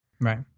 Right